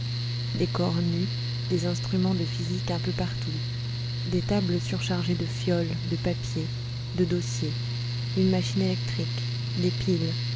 des cornues des instruments de physique un peu partout des tables surchargées de fioles de papiers de dossiers une machine électrique des piles